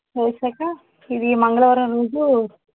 చేశాక ఇది మంగళవారం రోజు